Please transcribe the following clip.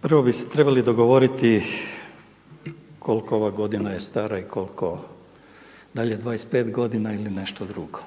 prvo bi se trebali dogovoriti koliko ova godina je stara i koliko da li je 25 godina ili nešto drugo.